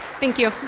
thank you.